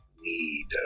need